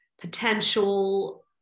potential